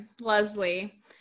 Leslie